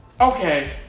Okay